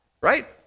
right